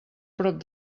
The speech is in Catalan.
prop